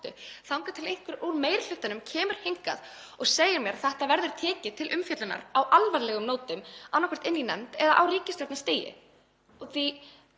þangað til einhver úr meiri hlutanum kemur hingað og segir mér að þetta verði tekið til umfjöllunar á alvarlegum nótum, annaðhvort í nefnd eða á ríkisstjórnarstigi.